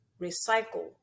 recycle